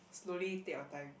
slowly take your time